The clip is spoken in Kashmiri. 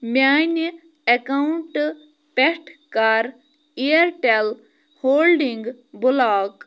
میٛانہِ ایٚکاونٛٹہٕ پٮ۪ٹھ کَر اِیَرٹیٚل ہولڈنٛگ بُلاک